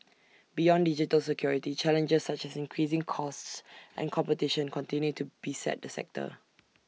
beyond digital security challenges such as increasing costs and competition continue to beset the sector